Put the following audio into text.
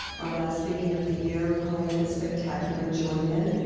our last meeting of the year. we're calling it the spectacular join-in.